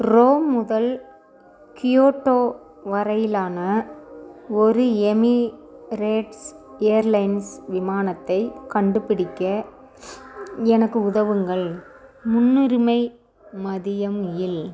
Rome முதல் Kyoto வரையிலான ஒரு எமிரேட்ஸ் ஏர்லைன்ஸ் விமானத்தைக் கண்டுபிடிக்க எனக்கு உதவுங்கள் முன்னுரிமை மதியம் இல்